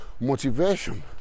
motivation